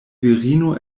virino